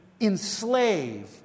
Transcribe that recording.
enslave